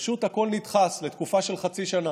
פשוט הכול נדחס לתקופה של חצי שנה.